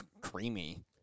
creamy